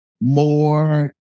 more